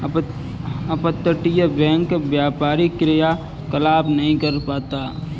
अपतटीय बैंक व्यापारी क्रियाकलाप नहीं करता है